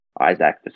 Isaac